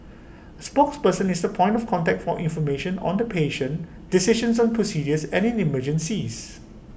A spokesperson is the point of contact for information on the patient decisions on procedures and in emergencies